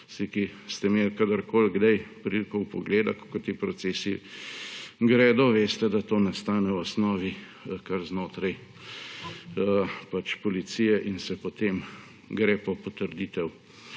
Vsi, ki ste imeli kadarkoli priliko vpogleda, kako ti procesi gredo, veste, da to nastane v osnovi kar znotraj policije in se potem gre po potrditev